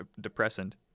depressant